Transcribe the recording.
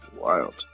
wild